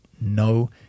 no